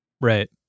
Right